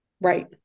Right